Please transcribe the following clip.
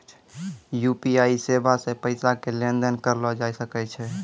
UPI सेबा से पैसा के लेन देन करलो जाय सकै छै